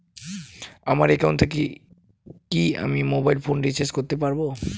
আমার একাউন্ট থেকে কি আমি মোবাইল ফোন রিসার্চ করতে পারবো?